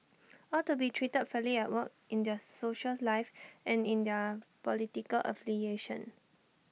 all to be treated fairly at work in their social life and in their political affiliation